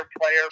player